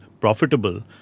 profitable